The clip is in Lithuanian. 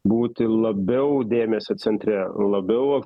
būti labiau dėmesio centre labiau